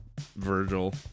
Virgil